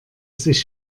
sich